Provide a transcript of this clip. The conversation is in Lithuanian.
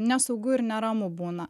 nesaugu ir neramu būna